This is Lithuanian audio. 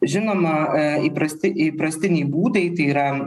žinoma įprasti įprastiniai būdai tai yra